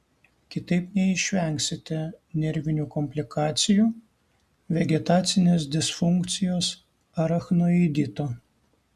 kitaip neišvengsite nervinių komplikacijų vegetacinės disfunkcijos arachnoidito